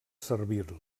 servir